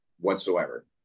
whatsoever